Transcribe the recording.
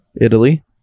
italy